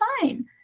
fine